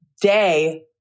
day